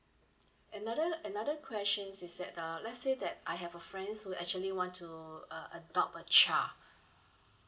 another another question is that uh let's say that I have a friends who actually want to uh adopt a child